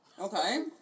Okay